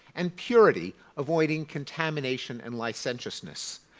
and purity, avoiding contamination and licentiousness.